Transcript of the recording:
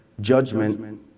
judgment